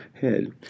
head